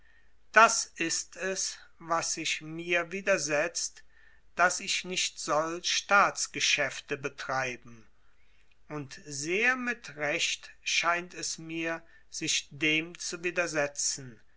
das ist es was sich mir widersetzt daß ich nicht soll staatsgeschäfte betreiben und sehr mit recht scheint es mir sich dem zu widersetzen